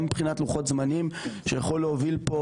גם מבחינת לוחות זמנים שהוא יכול להוביל פה